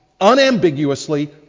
unambiguously